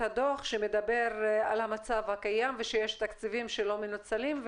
הדוח שמדבר על המצב הקיים ושיש תקציבים שלא מנוצלים,